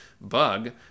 bug